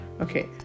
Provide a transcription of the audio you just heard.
Okay